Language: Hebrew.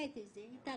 ראיתי את זה, התעלפתי.